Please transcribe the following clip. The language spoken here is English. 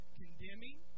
condemning